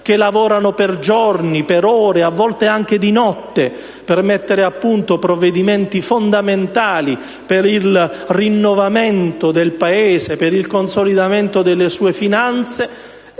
che lavorano per giorni, per ore, a volte anche di notte, per mettere a punto provvedimenti fondamentali per il rinnovamento del Paese, per il consolidamento delle sue finanze,